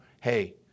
hey